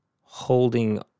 holding